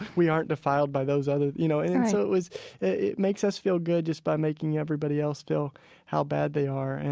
we aren't defiled by those others you know? right and so, it was it makes us feel good just by making everybody else feel how bad they are. and